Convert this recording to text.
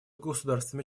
государствами